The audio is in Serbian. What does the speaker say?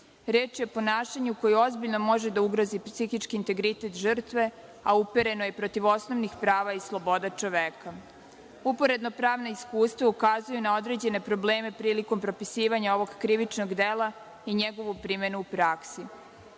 Reč je o ponašanju koje ozbiljno može da ugrozi psihički integritet žrtve, a upereno je protiv osnovnih prava i sloboda čoveka. Uporedno pravna iskustva ukazuju na određene probleme prilikom propisivanja ovog krivičnog dela i njegove primene u praksi.